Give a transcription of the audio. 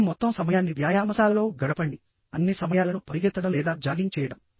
మీ మొత్తం సమయాన్ని వ్యాయామశాలలో గడపండి అన్ని సమయాలను పరుగెత్తడం లేదా జాగింగ్ చేయడం